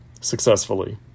successfully